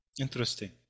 interesting